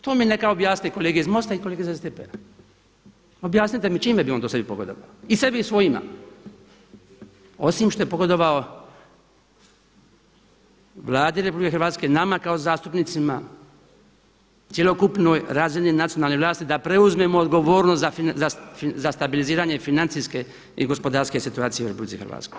To neka mi objasne kolege iz MOST-a i kolege iz SDP-a, objasnite mi čime bi on to sebi pogodovao i sebi i svojima, osim što je pogodovao Vladi RH, nama kao zastupnicima, cjelokupnoj razini nacionalne vlasti da preuzmemo odgovornost za stabiliziranje financijske i gospodarske situacije u RH.